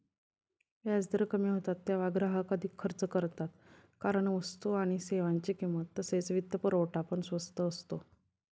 व्याजदर कमी होतात तेव्हा ग्राहक अधिक खर्च करतात कारण वस्तू आणि सेवांची किंमत तसेच वित्तपुरवठा पण स्वस्त असतो